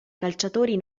calciatori